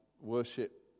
worship